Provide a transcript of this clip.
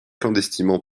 clandestinement